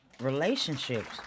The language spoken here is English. relationships